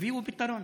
תביאו פתרון.